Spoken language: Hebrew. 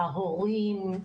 הורים,